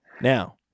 Now